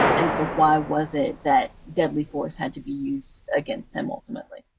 and so why was it that deadly force had to be used against him ultimately?